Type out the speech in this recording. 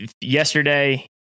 Yesterday